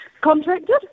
contracted